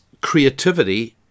creativity